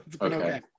okay